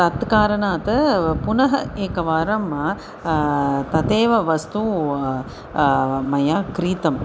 तत् कारणात् पुनः एकवारं तदेव वस्तु मया क्रीतम्